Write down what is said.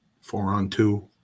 four-on-two